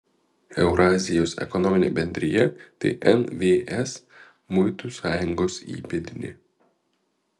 eurazijos ekonominė bendrija tai nvs muitų sąjungos įpėdinė